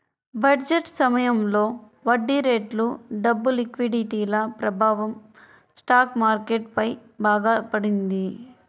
budget సమయంలో వడ్డీరేట్లు, డబ్బు లిక్విడిటీల ప్రభావం స్టాక్ మార్కెట్ పై బాగా పడింది